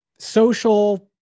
social